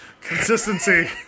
Consistency